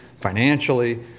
financially